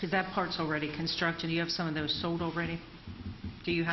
because that part's already constructed you have some of those sold already do you